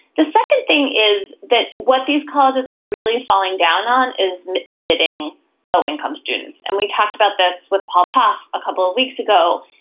the second thing is that what these colleges are really falling down on is admitting low income students. and we talked about this with paul tough a couple weeks ago.